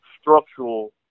structural